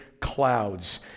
clouds